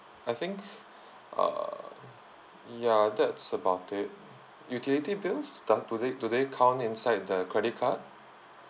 I think uh ya that's about it utility bills does do they do they count inside the credit card